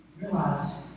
Realize